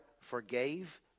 forgave